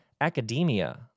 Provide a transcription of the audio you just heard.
Academia